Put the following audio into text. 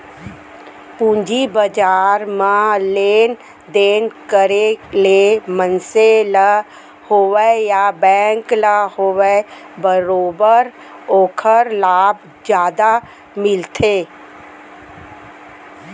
पूंजी बजार म लेन देन करे ले मनसे ल होवय या बेंक ल होवय बरोबर ओखर लाभ जादा मिलथे